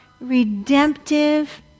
redemptive